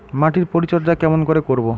মাটির পরিচর্যা কেমন করে করব?